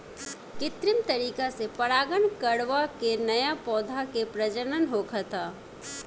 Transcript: कृत्रिम तरीका से परागण करवा के न्या पौधा के प्रजनन होखता